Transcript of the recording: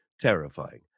terrifying